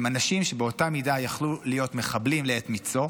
הם אנשים שבאותה מידה יכלו להיות מחבלים לעת מצוא,